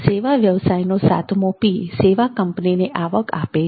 સેવા વ્યવસાયનો સાતમો P સેવા કંપનીને આવક આપે છે